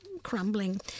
Crumbling